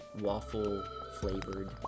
waffle-flavored